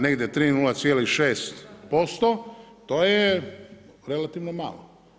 Negdje 3,06%, to je relativno malo.